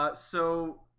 ah so